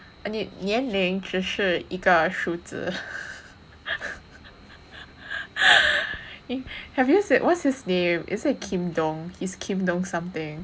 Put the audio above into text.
I mean 年龄只是一个数字 have you said what's his name is it he's something